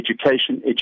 education